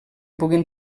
puguin